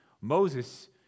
Moses